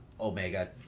Omega